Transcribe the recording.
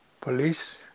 Police